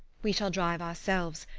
we shall drive ourselves,